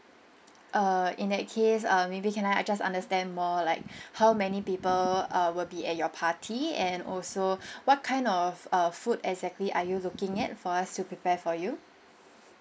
uh in that case uh maybe can I just understand more like how many people err will be at your party and also what kind of uh food exactly are you looking at for us to prepare for you